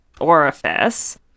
orifice